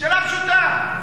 שאלה פשוטה.